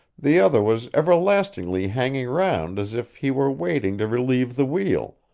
the other was everlastingly hanging round as if he were waiting to relieve the wheel,